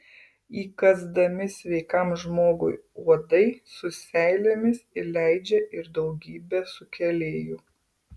įkąsdami sveikam žmogui uodai su seilėmis įleidžia ir daugybę sukėlėjų